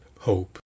Hope